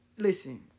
Listen